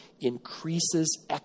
increases